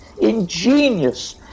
ingenious